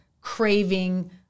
craving